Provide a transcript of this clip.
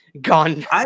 gone